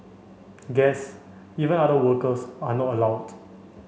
guests even other workers are not allowed